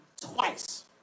twice